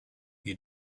you